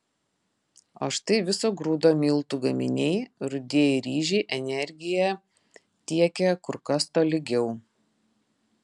o štai viso grūdo miltų gaminiai rudieji ryžiai energiją tiekia kur kas tolygiau